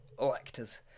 electors